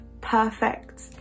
perfect